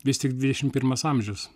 vis tik dvidešimt pirmas amžius